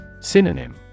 Synonym